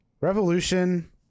Revolution